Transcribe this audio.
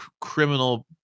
criminal